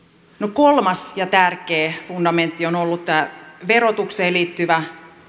kolmas ja tärkeä fundamentti on ollut tämä verotukseen liittyvä